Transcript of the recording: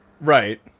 Right